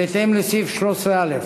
בהתאם לסעיף 13(א)